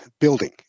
building